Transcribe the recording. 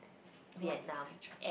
a lot of places in China